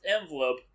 envelope